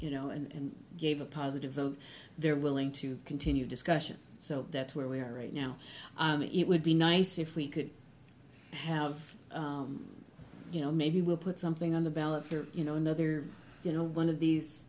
you know and gave a positive vote they're willing to continue discussion so that's where we are right now it would be nice if we could have you know maybe we'll put something on the ballot or you know another you know one of these